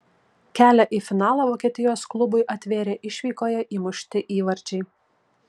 kelią į finalą vokietijos klubui atvėrė išvykoje įmušti įvarčiai